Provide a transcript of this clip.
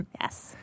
Yes